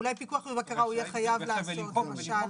אולי פיקוח ובקרה הוא יהיה חייב לעשות למשל,